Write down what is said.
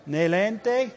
Nelente